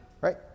right